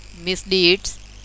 misdeeds